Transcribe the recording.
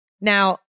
Now